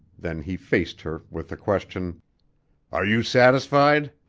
then he faced her with the question are you satisfied?